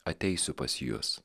ateisiu pas jus